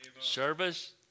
Service